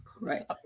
right